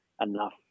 enough